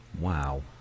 Wow